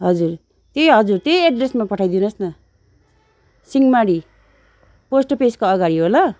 हजुर त्यही हजुर त्यही एड्रेसमा हजुर पठाइदिनुहोस् न सिंहमारी पोस्ट अफिसको अगाडि हो ल